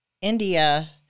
India